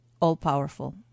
all-powerful